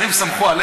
זו התחלה לא טובה,